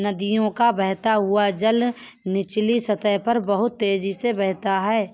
नदियों का बहता हुआ जल निचली सतह पर बहुत तेजी से बहता है